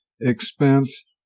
expense